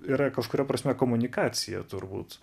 yra kažkuria prasme komunikacija turbūt